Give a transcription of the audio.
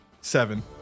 Seven